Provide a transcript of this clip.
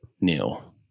Neil